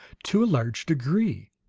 to a large degree.